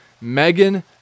Megan